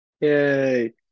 Yay